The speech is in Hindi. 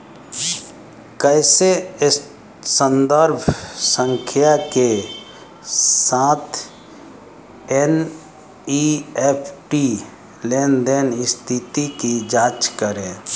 कैसे संदर्भ संख्या के साथ एन.ई.एफ.टी लेनदेन स्थिति की जांच करें?